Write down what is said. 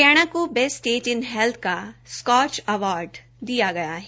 हरियाणा को best state in health का Skoch award दिया गया है